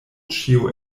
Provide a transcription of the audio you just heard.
ĉio